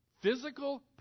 Physical